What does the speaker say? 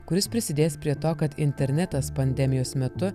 kuris prisidės prie to kad internetas pandemijos metu